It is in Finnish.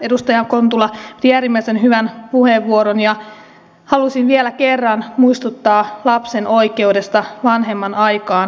edustaja kontula piti äärimmäisen hyvän puheenvuoron ja halusin vielä kerran muistuttaa lapsen oikeudesta vanhemman aikaan ja turvalliseen arkeen